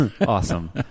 awesome